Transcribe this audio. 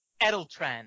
Edeltran